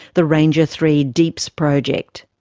the ranger three deeps project.